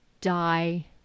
die